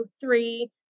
three